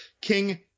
King